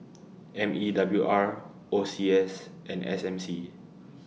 M E W R O C S and S M C